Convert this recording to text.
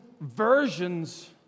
versions